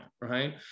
right